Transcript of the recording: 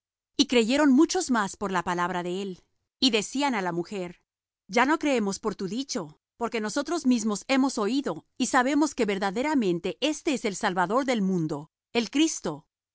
y creyeron muchos más por la palabra de él y decían á la mujer ya no creemos por tu dicho porque nosotros mismos hemos oído y sabemos que verdaderamente éste es el salvador del mundo el cristo